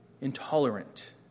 intolerant